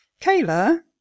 Kayla